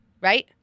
right